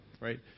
right